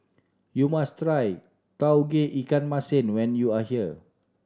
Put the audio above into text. you must try Tauge Ikan Masin when you are here